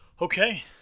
okay